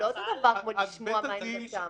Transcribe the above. זה לא אותו הדבר כמו לשמוע מה עמדתם.